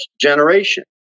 generation